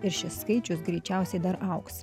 ir šis skaičius greičiausiai dar augs